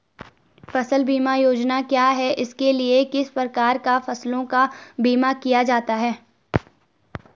फ़सल बीमा योजना क्या है इसके लिए किस प्रकार फसलों का बीमा किया जाता है?